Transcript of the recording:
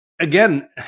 again